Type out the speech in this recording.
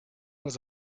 was